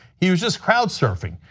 he was just crowd surfing.